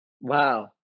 Wow